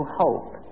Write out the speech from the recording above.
hope